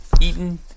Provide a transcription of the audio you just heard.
eaten